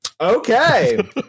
okay